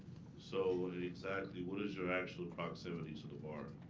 so exactly what is your actual proximity to the bar?